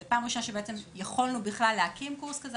זו פעם ראשונה שבאמת יכולנו בכלל להקים קורס כזה.